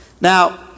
Now